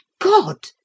God